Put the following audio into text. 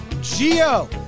Geo